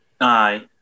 Aye